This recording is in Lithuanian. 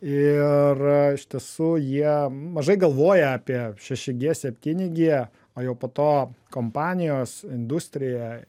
ir iš tiesų jie mažai galvoja apie šeši gie septyni gie o jau po to kompanijos industrija